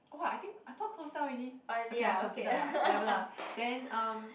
oh I think I thought closed down already okay ah consider lah whatever lah then uh